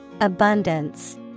Abundance